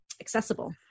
accessible